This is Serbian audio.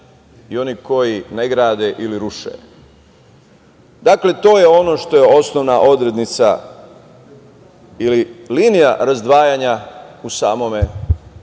i oni koji ne grade ili ruše. Dakle, to je ono što je osnovna odrednica ili linija razdvajanja u samom kvalitetu.